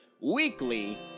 weekly